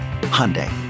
Hyundai